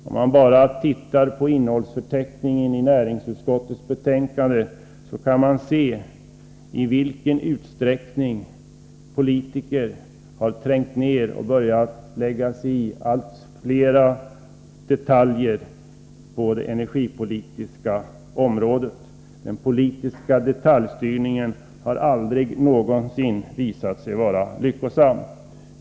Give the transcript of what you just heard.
Om man bara ser på innehållsförteckningen i näringsutskottets betänkande 30 kan man få en uppfattning om i vilken utsträckning politiker har börjat lägga sig i allt fler detaljer på det energipolitiska området. Men en politisk detaljstyrning har aldrig någonsin visat sig vara lyckosam.